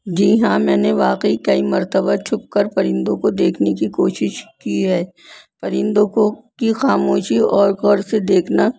جی ہاں میں نے واقعی کئی مرتبہ چھپ کر پرندوں کو دیکھنے کی کوشش کی ہے پرندوں کو کی خاموشی اور غور سے دیکھنا